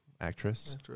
actress